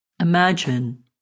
Imagine